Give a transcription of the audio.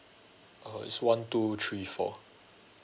uh it's one two three four